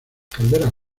calderas